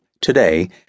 Today